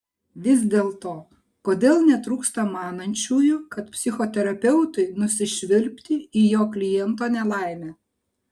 vis dėlto kodėl netrūksta manančiųjų kad psichoterapeutui nusišvilpti į jo kliento nelaimę